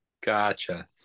gotcha